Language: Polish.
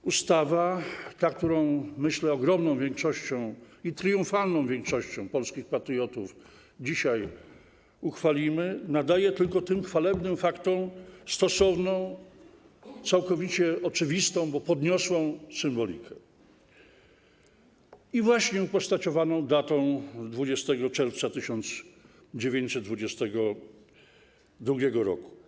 Ta ustawa, którą, myślę, ogromną większością i triumfalną większością polskich patriotów dzisiaj uchwalimy, nadaje tylko tym chwalebnym faktom stosowną, całkowicie oczywistą, bo podniosłą, symbolikę, właśnie upostaciowaną datą 20 czerwca 1922 r.